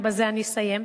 ובזה אני אסיים,